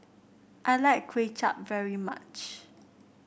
I like Kway Chap very much